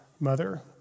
mother